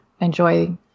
enjoy